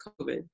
COVID